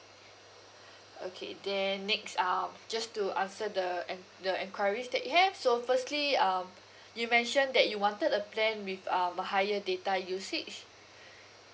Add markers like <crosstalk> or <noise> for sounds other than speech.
<breath> okay then next um just to answer the enq~ the enquiries that you have so firstly um <breath> you mentioned that you wanted a plan with um a higher data usage